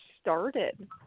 started